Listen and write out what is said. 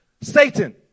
Satan